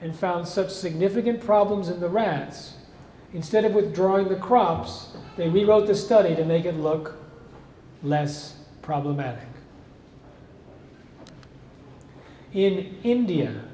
and found such significant problems at the rance instead of withdrawing the crops they rewrote the study to make it look less problematic in india